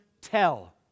tell